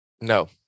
no